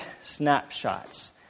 snapshots